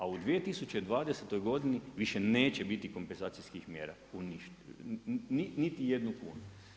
A u 2020. godini, više neće biti kompenzacijskih mjera … niti jednu kunu.